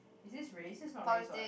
is it race this is not race what